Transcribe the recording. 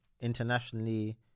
Internationally